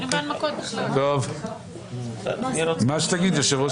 מה שתגיד, יושב-ראש